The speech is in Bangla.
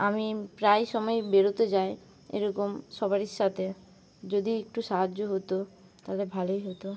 আমি প্রায় সময়েই বেরোতে যাই এরকম সবারই সাথে যদি একটু সাহায্য হত তাহলে ভালই হত